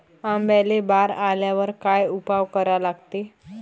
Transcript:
आंब्याले बार आल्यावर काय उपाव करा लागते?